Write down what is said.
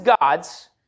God's